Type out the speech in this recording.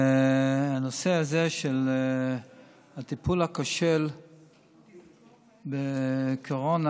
בנושא הזה של הטיפול הכושל בקורונה